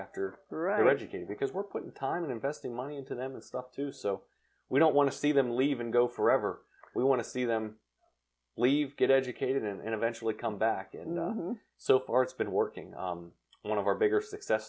after right educate because we're putting time and investing money into them up to so we don't want to see them leave and go forever we want to see them leave get educated and eventually come back and so far it's been working one of our bigger success